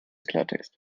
klartext